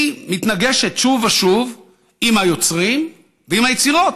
היא מתנגשת שוב ושוב עם היוצרים ועם היצירות.